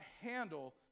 handle